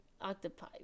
octopi